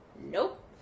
nope